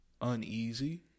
uneasy